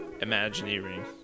imagineering